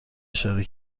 اشاره